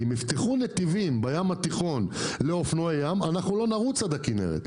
אם יפתחו בים התיכון נתיבים לאופנועי ים אנחנו לא נרוץ עד הכנרת.